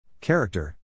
Character